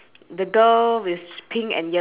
four wheels and it's a green tractor